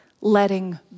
letting